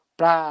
para